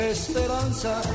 Esperanza